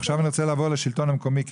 עכשיו אני רוצה לעבור לשלטון המקומי.